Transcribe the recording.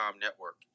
network